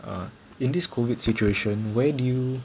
ugh in this COVID situation where do you